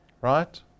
right